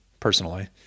personally